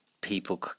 people